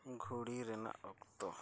ᱫᱷᱩᱲᱤ ᱨᱮᱱᱟᱜ ᱚᱠᱛᱚ